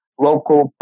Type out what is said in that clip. local